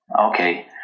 Okay